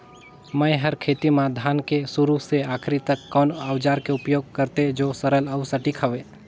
मै हर खेती म धान के शुरू से आखिरी तक कोन औजार के उपयोग करते जो सरल अउ सटीक हवे?